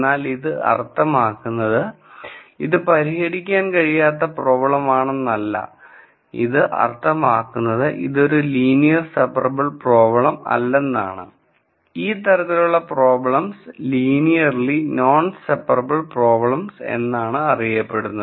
എന്നാൽ ഇത് അർത്ഥമാക്കുന്നത് ഇത് പരിഹരിക്കാൻ കഴിയാത്ത പ്രോബ്ലമാണെന്നല്ല ഇത് അർത്ഥമാക്കുന്നത്ലീ ഇതൊരു ലീനിയർ സെപ്പറബിൾ പ്രോബ്ലം അല്ലെന്നതാണ് ഈ തരത്തിലുള്ള problems linearly non separable problems എന്നാണ് അറിയപ്പെടുന്നത്